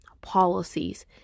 policies